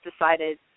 decided